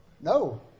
No